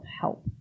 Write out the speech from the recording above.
help